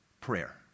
Prayer